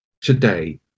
today